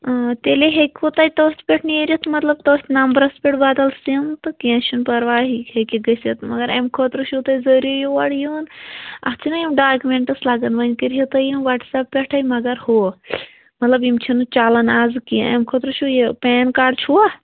اۭں تیٚلہِ ہیٚکوٕ تۄہہِ تٔتھۍ پٮ۪ٹھ نیٖرِتھ مطلب تٔتھۍ نَمرَس پٮ۪ٹھ بَدَل سِم تہٕ کیٚنٛہہ چھُنہٕ پَرواے یہِ ہیٚکہِ گٔژھِتھ مگر امہِ خٲطرٕ چھُو تۄہہِ ضٔروٗی یور یُن اَتھ چھِنَہ یِم ڈاکمٮ۪نٛٹٕس لَگَن وۄنۍ کٔرۍ ہیوٗ تُہۍ یِم وٹساپ پٮ۪ٹھَے مگر ہو مطلب یِم چھِنہٕ چَلان آزٕ کیٚںٛہہ امہِ خٲطرٕ چھُو یہِ پین کاڈ چھُوا